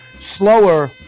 slower